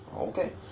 Okay